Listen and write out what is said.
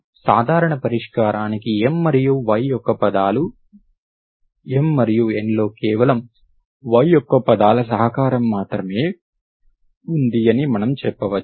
మన సాధారణ పరిష్కారానికి M మరియు y యొక్క పదాలు M మరియు N లో కేవలం y యొక్క పదాల సహకారం మాత్రమే ఉంది అని మనం చెప్పవచ్చు